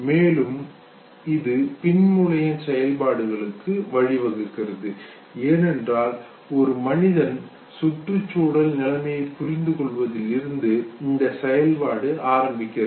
மேலும் இது பின் மூளையின் செயல்பாடுகளுக்கு வழிவகுக்கிறது ஏனென்றால் ஒரு மனிதன் சுற்றுச்சூழல் நிலைமையை புரிந்து கொள்வதில் இருந்து இந்த செயல்பாடு ஆரம்பிக்கிறது